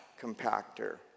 compactor